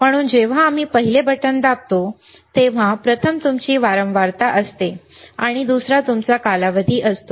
म्हणून जेव्हा आम्ही पहिले बटण दाबतो तेव्हा प्रथम तुमची वारंवारता असते आणि दुसरा तुमचा कालावधी असतो